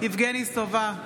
יבגני סובה,